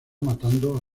matando